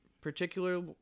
particular